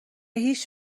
هیچ